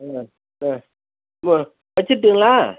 ஆ ஆ ஆ வெச்சுர்ட்டுங்களா